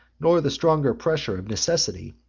nor the stronger pressure of necessity,